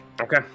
Okay